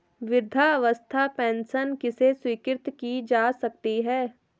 वृद्धावस्था पेंशन किसे स्वीकृत की जा सकती है?